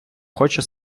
хоче